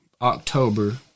October